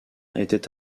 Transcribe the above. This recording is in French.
était